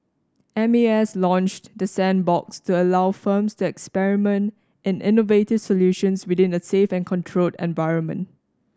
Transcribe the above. M A S launched the sandbox to allow firms to experiment in innovative solutions within a safe and controlled environment